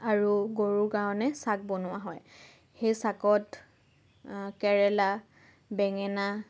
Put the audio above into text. আৰু গৰুৰ কাৰণে চাক বনোৱা হয় সেই চাকত কেৰেলা বেঙেনা